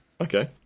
Okay